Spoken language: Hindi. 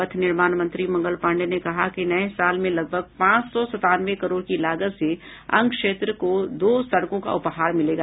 पथ निर्माण मंत्री मंगल पाण्डेय ने कहा है कि नये साल में लगभग पांच सौ संतानवे करोड़ की लागत से अंग क्षेत्र को दो सड़कों का उपहार मिलेगा